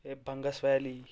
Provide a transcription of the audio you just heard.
ہٖے Bangus valley